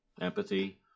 empathy